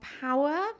power